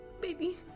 baby